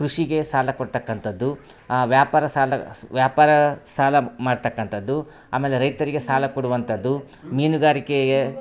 ಕೃಷಿಗೆ ಸಾಲ ಕೊಡ್ತಕ್ಕಂಥದ್ದು ವ್ಯಾಪಾರ ಸಾಲ ವ್ಯಾಪಾರ ಸಾಲ ಮಾಡ್ತಕ್ಕಂಥದ್ದು ಆಮೇಲೆ ರೈತರಿಗೆ ಸಾಲ ಕೊಡುವಂಥದ್ದು ಮೀನುಗಾರಿಕೆಗೆ